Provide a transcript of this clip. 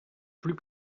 plus